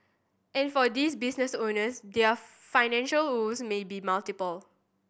and for these business owners their financial woes may be multiple